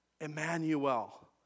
Emmanuel